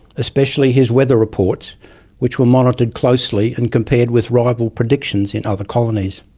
especially his weather reports which were monitored closely and compared with rival predictions in other colonies.